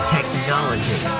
Technology